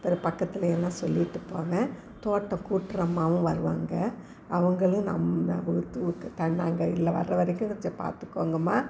அப்புறோம் பக்கத்திலயெல்லாம் சொல்லிவிட்டு போவேன் தோட்டம் கூட்டுற அம்மாவும் வருவாங்க அவங்களையும் நம்ம நாங்கள் இல்லை வர்ற வரைக்கும் கொஞ்சம் பார்த்துகோங்கம்மா